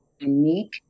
unique